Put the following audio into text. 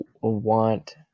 want